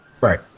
Right